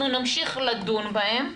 אנחנו נמשיך לדון בהם.